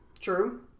True